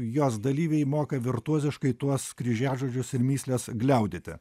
jos dalyviai moka virtuoziškai tuos kryžiažodžius ir mįsles gliaudyti